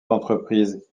entreprises